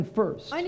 first